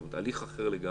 זאת אומרת, הליך אחר לגמרי.